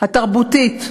התרבותית "מעושרות"